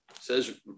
says